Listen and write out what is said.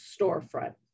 storefront